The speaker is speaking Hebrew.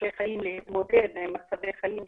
וכישורי חיים להתמודד עם מצבי חיים שונים,